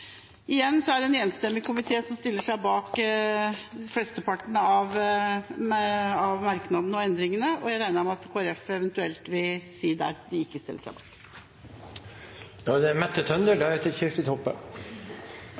Igjen er det en enstemmig komité som stiller seg bak flesteparten av merknadene og endringene, og jeg regner med at Kristelig Folkeparti eventuelt vil si hva de ikke stiller seg